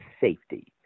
safety